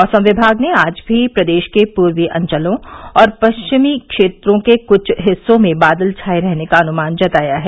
मौसम विभाग ने आज भी प्रदेश के पूर्वी अंचलों और पश्चिमी क्षेत्रों के कुछ हिस्सों में बादल छाए रहने का अनुमान जताया है